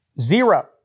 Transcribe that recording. zero